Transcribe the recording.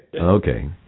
Okay